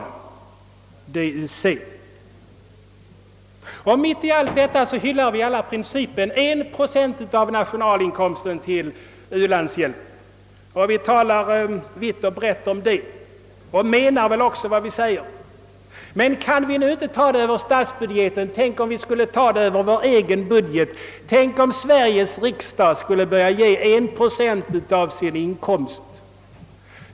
Trots att detta är förhållandet hyllar vi alla principen att en procent av nationalinkomsten bör ges till u-landshjälpen och talar vitt och brett därom. Vi kanske också menar vad vi säger. Om tillräckliga bidrag inte kan ges via statsbudgeten kanske vi skulle kunna ge över vår egen budget. Tänk om ledamöterna av Sveriges riksdag skulle börja ge en procent av sin inkomst.